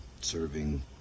serving